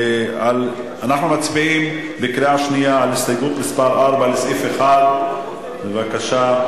אנחנו מצביעים בקריאה שנייה על הסתייגות מס' 4 לסעיף 1. בבקשה,